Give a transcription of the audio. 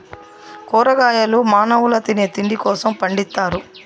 కూరగాయలు మానవుల తినే తిండి కోసం పండిత్తారు